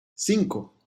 cinco